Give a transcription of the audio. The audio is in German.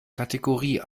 kategorie